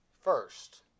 first